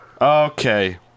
Okay